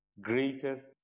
greatest